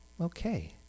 okay